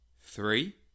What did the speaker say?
three